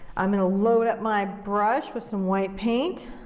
i'm gonna load up my brush with some white paint.